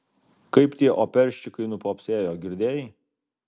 kaip tie operščikai nupopsėjo girdėjai